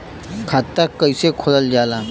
खाता कैसे खोलल जाला?